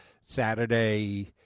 Saturday